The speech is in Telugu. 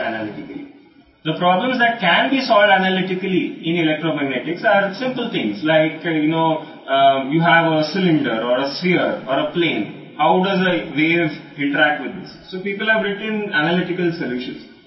మరలా ఇది విశ్లేషణాత్మకంగా పరిష్కరించలేని సమస్యల కోసం ఎలక్ట్రోమాగ్నెటిక్స్లో విశ్లేషణాత్మకంగా పరిష్కరించగల సమస్యలు మీకు తెలిసినవి మీకు ఒక సిలిండర్ లేదా గోళం లేదా ఒక ప్లేన్ ఉన్నాయి దీనితో తరంగం ఎలా సంకర్షణ చెందుతుంది